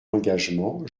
engagement